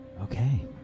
Okay